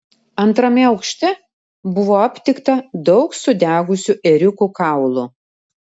antrame aukšte buvo aptikta daug sudegusių ėriukų kaulų